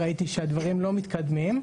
ראיתי שהדברים לא מתקדמים.